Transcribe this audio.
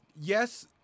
Yes